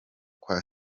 kwa